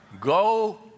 Go